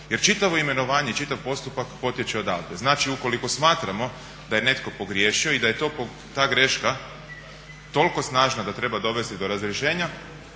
jer čitavo imenovanje i čitav postupak potječe odavde. Znači ukoliko smatramo da je netko pogriješio i da je ta greška toliko snažna da treba dovesti do razrješenja